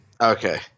Okay